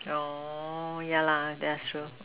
oh yeah lah that's sure